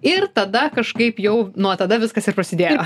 ir tada kažkaip jau nuo tada viskas ir prasidėjo